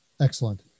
Excellent